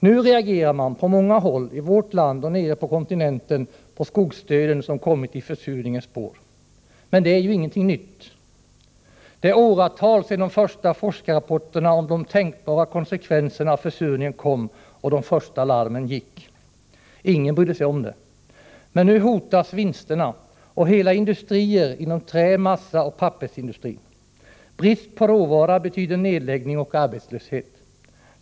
Nu reagerar man på många håll i vårt land och nere på kontinenten på skogsdöden, som kommit i försurningens spår. Men det är ju ingenting nytt. Det är åratal sedan de första forskarrapporterna om de tänkbara konsekvenserna av försurningen kom och de första larmen gick. Ingen brydde sig om det. Men nu hotas vinsterna och hela industrier på trä-, massaoch pappersområdet. Brist på råvara betyder nedläggning och arbetslöshet.